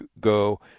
go